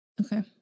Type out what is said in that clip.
Okay